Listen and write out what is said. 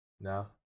No